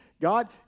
God